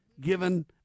given